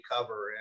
cover